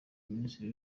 minisitiri